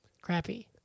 crappy